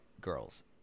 girls